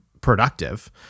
productive